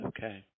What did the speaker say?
Okay